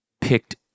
picked